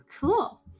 Cool